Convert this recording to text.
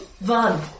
Van